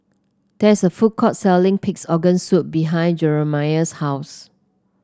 there is a food court selling Pig's Organ Soup behind Jeremiah's house